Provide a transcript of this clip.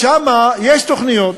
שם יש תוכניות,